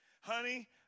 Honey